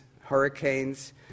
hurricanes